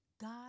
God